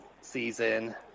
season